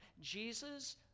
Jesus